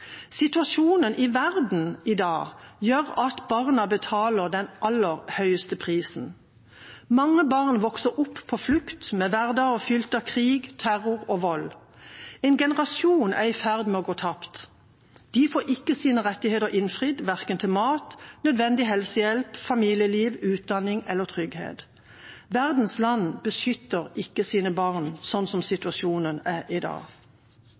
Situasjonen i verden i dag gjør at barna betaler den aller høyeste prisen. Mange barn vokser opp på flukt, med en hverdag fylt av krig, terror og vold. En generasjon er i ferd med å gå tapt. De får ikke sine rettigheter innfridd, verken til mat, nødvendig helsehjelp, familieliv, utdanning eller trygghet. Verdens land beskytter ikke sine barn, slik situasjonen er i dag.